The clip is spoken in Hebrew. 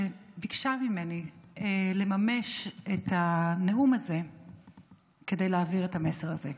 שביקשה ממני לממש את הנאום הזה כדי להעביר את המסר הזה.